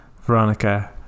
veronica